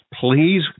please